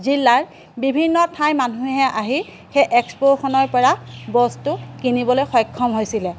জিলাৰ বিভিন্ন ঠাই মানুহে আহি সেই এক্সপোখনৰপৰা বস্তু কিনিবলৈ সক্ষম হৈছিলে